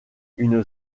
une